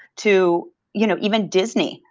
to you know even disney.